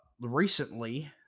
recently